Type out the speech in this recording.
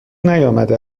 نیامده